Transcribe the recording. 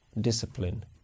Discipline